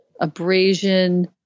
abrasion